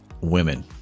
women